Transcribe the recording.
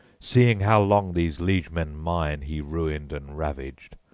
seeing how long these liegemen mine he ruined and ravaged.